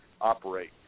operate